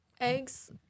eggs